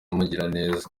mugiraneza